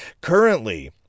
currently